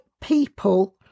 people